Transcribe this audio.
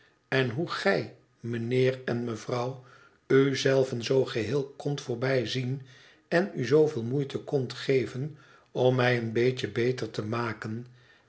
en hoe gij mijnheer en mevrouw u zelven zoo geheel kondt voorbijzien en u zooveel moeite kondt geven om mij een beetje beter te maken